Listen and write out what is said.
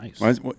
Nice